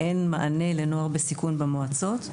אין מענה לנוער בסיכון במועצות.